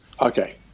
Okay